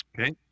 Okay